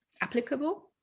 applicable